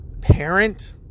parent